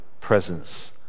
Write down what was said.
presence